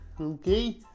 Okay